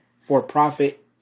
for-profit